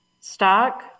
Stock